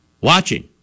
watching